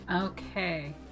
Okay